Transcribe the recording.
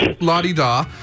La-di-da